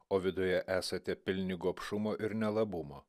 o viduje esate pilni gobšumo ir nelabumo